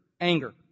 anger